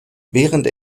während